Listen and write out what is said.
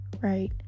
Right